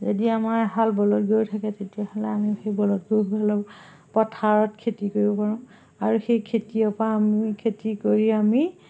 যদি আমাৰ এহাল বলদ গৰু থাকে তেতিয়াহ'লে আমি সেই বলদ গৰু পথাৰত খেতি কৰিব পাৰোঁ আৰু সেই খেতিৰ পৰা আমি খেতি কৰি আমি